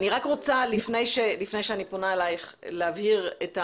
לפני שאני פונה אלייך אני רוצה להבהיר.